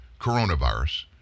coronavirus